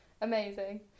amazing